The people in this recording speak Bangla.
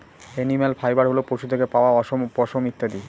এনিম্যাল ফাইবার হল পশু থেকে পাওয়া অশম, পশম ইত্যাদি